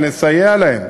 ונסייע להם